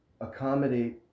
accommodate